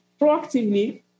proactively